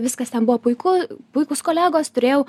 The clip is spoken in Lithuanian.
viskas ten buvo puiku puikūs kolegos turėjau